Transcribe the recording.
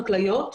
חקלאיות,